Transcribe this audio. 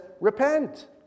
repent